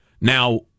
Now